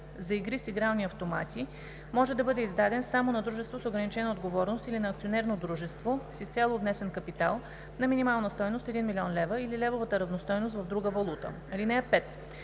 за игри с игрални автомати може да бъде издаден само на дружество с ограничена отговорност или на акционерно дружество с изцяло внесен капитал на минимална стойност 1 000 000 лв. или левовата равностойност в друга валута. (5)